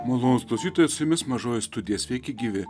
malonūs klausytojai su jumis mažoji studija sveiki gyvi